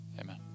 Amen